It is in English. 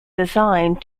designed